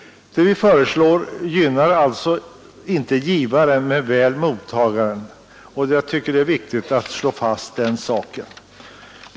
Det vi föreslår gynnar alltså inte givaren men väl mottagaren, och jag tycker det är viktigt att slå fast detta.